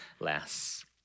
less